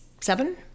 seven